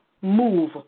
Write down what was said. move